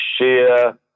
sheer